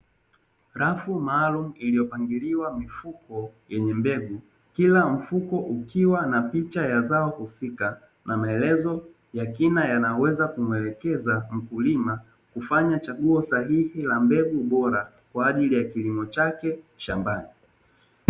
Rafu maalumu iliyopangiliwa mifuko yenye mbegu, kila mfukuko ukiwa na picha ya zao husika na maelezo ya kina, yanayoweza kumuelekeza mkulima kufanya chaguo sahihi la mbegu bora, kwa ajili ya kilimo chake shambani.